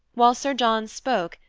while sir john spoke,